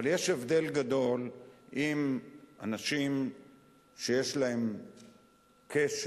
אבל יש הבדל גדול בין אנשים שיש להם קשר,